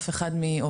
אף אחד מעובדיכם,